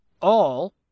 All